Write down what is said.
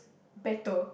better